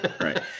right